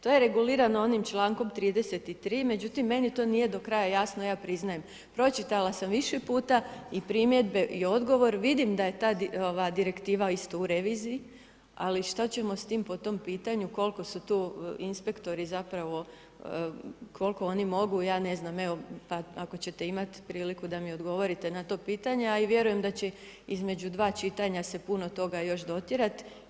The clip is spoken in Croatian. To je regulirano onim člankom 33., međutim meni to nije do kraja jasno, ja priznajem, pročitala sam više puta i primjedbe i odgovor, vidim da je tad ova direktiva isto u reviziji ali što ćemo s tim po tom pitanju, koliko su tu inspektori zapravo, koliko oni mogu, ja ne znam, evo pa ako ćete imati priliku da mi odgovorite na to pitanje a i vjerujem da će između dva čitanja se puno toga još dotjerat.